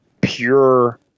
pure